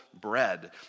bread